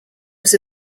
was